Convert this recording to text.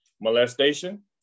molestation